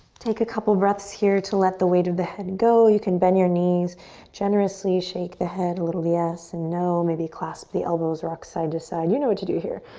take a couple of breaths here to let the weight of the head go. you can bend your knees generously. shake the head a little yes and no. maybe clasp the elbows. rock side to side. you know what to do here.